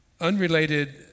unrelated